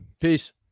Peace